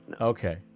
Okay